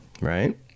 right